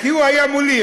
כי הוא היה מולי.